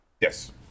Yes